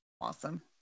Awesome